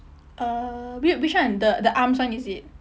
uh whi~ which one the arms one is it